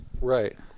Right